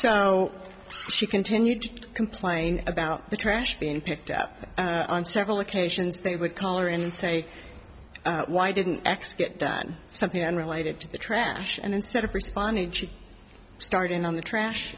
so she continued to complain about the trash being picked up on several occasions they would collar and say why didn't x get done something unrelated to the trash and instead of responding she started in on the trash